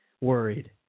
Worried